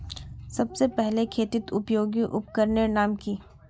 सबसे पहले खेतीत उपयोगी उपकरनेर नाम की?